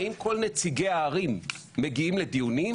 האם כל נציגי הערים מגיעים לדיונים?